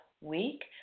week